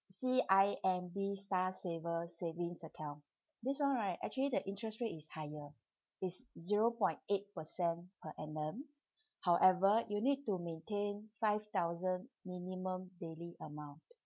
C_I_M_B starsaver savings account this one right actually the interest rate is higher is zero point eight percent per annum however you need to maintain five thousand minimum daily amount